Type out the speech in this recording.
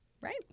right